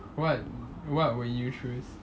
what what would you choose